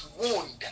wound